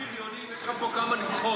דיברת על בריונים, יש לך פה כמה לבחור.